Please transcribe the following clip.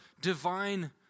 divine